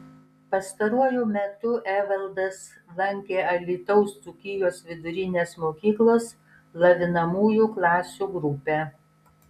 pastaruoju metu evaldas lankė alytaus dzūkijos vidurinės mokyklos lavinamųjų klasių grupę